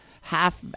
half